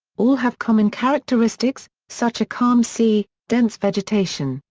all have common characteristics, such a calm sea, dense vegetation,